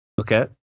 Okay